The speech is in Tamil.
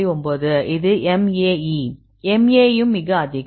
9 இது MAE MAE யும் மிக அதிகம்